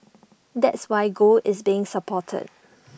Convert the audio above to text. that's why gold is being supported